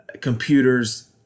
computers